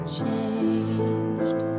changed